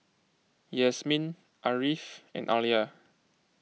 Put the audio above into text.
Yasmin Ariff and Alya